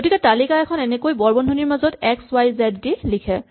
গতিকে তালিকা এখন এনেকৈ বৰ বন্ধনীৰ মাজত এক্স ৱাই জেড দি লিখে